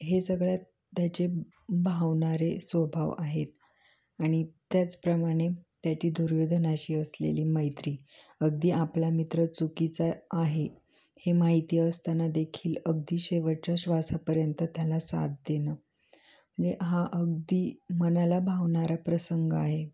हे सगळ्यात त्याचे भावणारे स्वभाव आहेत आणि त्याचप्रमाणे त्याची दुर्योधनाशी असलेली मैत्री अगदी आपला मित्र चुकीचं आहे हे माहिती असताना देखील अगदी शेवटच्या श्वासापर्यंत त्याला साथ देणं म्हणजे हा अगदी मनाला भावणारा प्रसंग आहे